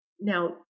now